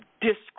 discourse